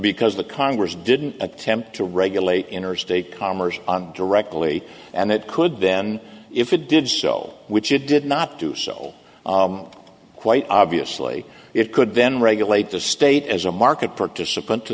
because the congress didn't attempt to regulate interstate commerce directly and it could then if it did so which it did not do so quite obviously it could then regulate the state as a market participant to